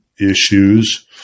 issues